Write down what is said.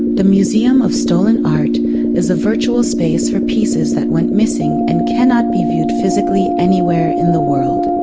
the museum of stolen art is a virtual space for pieces that went missing and cannot be viewed physically anywhere in the world.